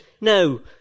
No